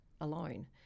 alone